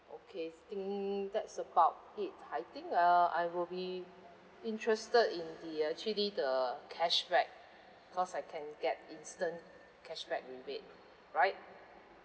okay I think that's about it I think uh I will be interested in the uh actually the cashback cause I can get instant cashback rebate right